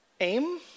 aim